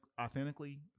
authentically